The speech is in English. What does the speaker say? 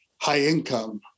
high-income